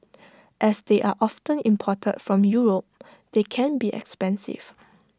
as they are often imported from Europe they can be expensive